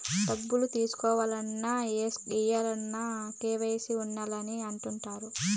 డబ్బులు తీసుకోవాలన్న, ఏయాలన్న కూడా కేవైసీ ఉండాలి అని అంటుంటారు